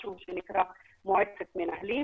מה שנקרא מועצת מנהלים.